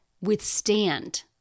withstand